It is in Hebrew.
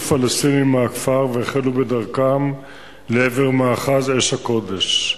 פלסטינים מהכפר והחלו בדרכם לעבר מאחז אש-קודש.